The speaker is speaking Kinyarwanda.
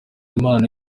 impano